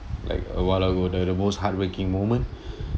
like a while ago the the most heartbreaking moment